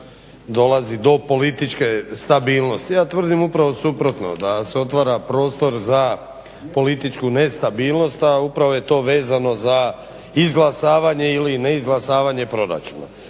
dolazi do političke stabilnosti. Ja tvrdim upravo suprotno, da se otvara prostor za političku nestabilnost, a upravo je to vezano za izglasavanje ili neizglasavanje proračuna.